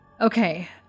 Okay